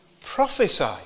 prophesy